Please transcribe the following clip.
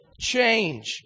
change